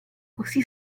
così